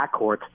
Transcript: backcourt